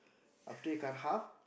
after you cut half